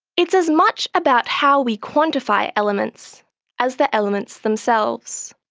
it's as much about how we quantify elements as the elements themselves.